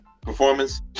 performance